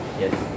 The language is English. Yes